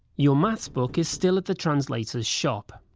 your maths book is still at the translator's shop,